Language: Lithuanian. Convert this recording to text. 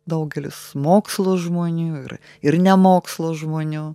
daugelis mokslo žmonių ir ir ne mokslo žmonių